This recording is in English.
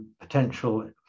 potential